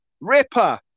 Ripper